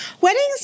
Weddings